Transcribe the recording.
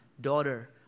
daughter